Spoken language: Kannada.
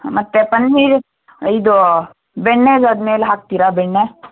ಮತ್ತೆ ಪನ್ನೀರು ಇದು ಬೆಣ್ಣೆಗದ್ ಮೇಲೆ ಹಾಕ್ತೀರಾ ಬೆಣ್ಣೆ